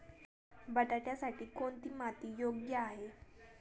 बटाट्यासाठी कोणती माती योग्य आहे?